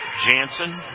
Jansen